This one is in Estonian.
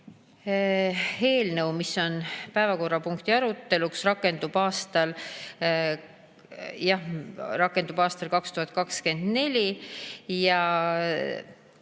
eelnõu, mis on päevakorrapunktis arutelul, rakendub aastal 2024.